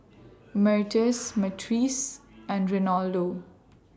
Myrtis Myrtice and Reynaldo